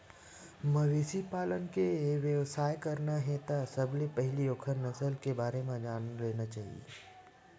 मवेशी पालन के बेवसाय करना हे त सबले पहिली ओखर नसल के बारे म जान लेना चाही